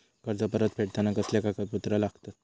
कर्ज परत फेडताना कसले कागदपत्र लागतत?